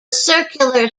circular